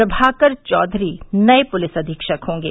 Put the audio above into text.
प्रभाकर चौधरी नए पुलिस अवीक्षक होंगे